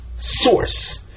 source